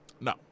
no